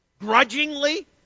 grudgingly